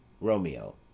ROMEO